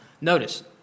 Notice